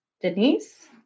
Denise